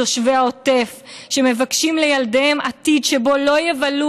תושבי העוטף שמבקשים לילדיהם עתיד שבו לא יבלו